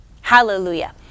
Hallelujah